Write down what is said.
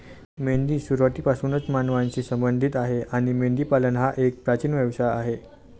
मेंढी सुरुवातीपासूनच मानवांशी संबंधित आहे आणि मेंढीपालन हा एक प्राचीन व्यवसाय आहे